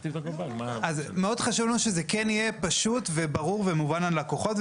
אז מאוד חשוב לנו שזה כן יהיה פשוט וברור ומובן ללקוחות.